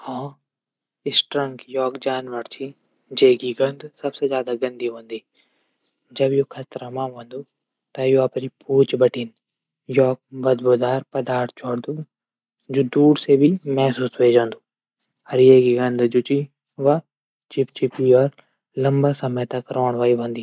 हाँ स्ट्रंग ऊ जानवर च जैकी गंद सबसे ज्यादा गंदी हूंदी जब यू खतरा मा हूंदू। यू अपडी पूछ बिटै बदबूदार पदार्थ छुडदू। जू दूर से भी महसूस ह्वे जांदू। एक की गंद चिपचिपी और लंबा समय तक रौण वली। हूंदी ।